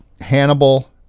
Hannibal